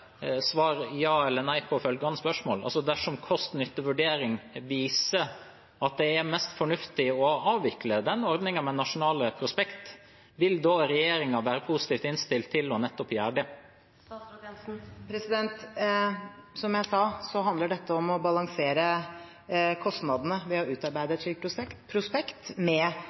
eller nei – på følgende spørsmål: Dersom en kostnad-nytte-vurdering viser at det er mest fornuftig å avvikle ordningen med nasjonale prospekter, vil regjeringen da være positivt innstilt til å gjøre nettopp det? Som jeg sa, handler dette om å balansere kostnadene ved å utarbeide et slikt prospekt med